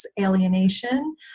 alienation